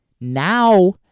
Now